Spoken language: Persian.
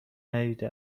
ندیده